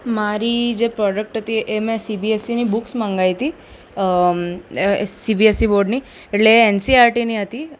મારી જે પ્રોડક્ટ હતી એ મેં સીબીએસસીની બુક્સ મંગાવી હતી સીબીએસસી બોર્ડની એટલે એ એનસીઆરટીની હતી